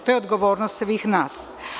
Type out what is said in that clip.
To je odgovornost svih nas.